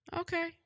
Okay